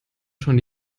schon